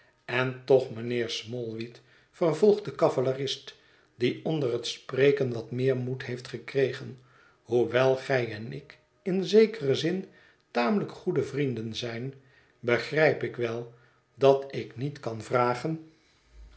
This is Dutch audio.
en toch mijnheer smallweed vervolgt de cavalerist die onder het spreken wat meer moed heeft gekregen hoewel gij en ik in zekeren zin tamelijk goede vrienden zijn begrijp ik wel dat ik niet kan vrahet